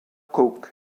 coke